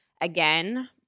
Again